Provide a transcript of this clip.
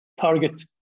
target